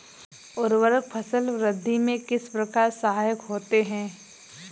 उर्वरक फसल वृद्धि में किस प्रकार सहायक होते हैं?